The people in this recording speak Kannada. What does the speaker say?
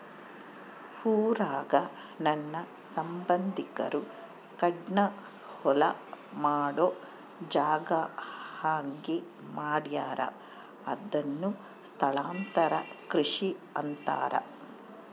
ಊರಾಗ ನನ್ನ ಸಂಬಂಧಿಕರು ಕಾಡ್ನ ಹೊಲ ಮಾಡೊ ಜಾಗ ಆಗಿ ಮಾಡ್ಯಾರ ಅದುನ್ನ ಸ್ಥಳಾಂತರ ಕೃಷಿ ಅಂತಾರ